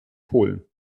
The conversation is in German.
polen